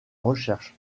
recherche